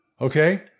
Okay